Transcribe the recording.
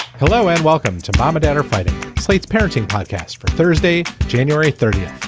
hello and welcome to obama identified in slate's parenting podcast for thursday, january thirtieth.